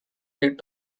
need